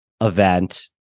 event